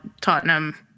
Tottenham